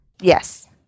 Yes